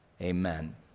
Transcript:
Amen